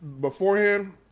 beforehand